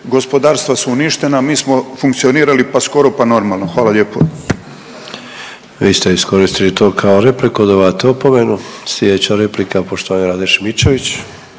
gospodarstva su uništena, mi smo funkcionirali pa skoro pa normalno. Hvala lijepo.